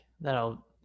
That'll